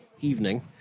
evening